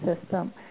system